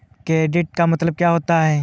Credit का मतलब क्या होता है?